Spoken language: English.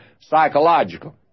psychological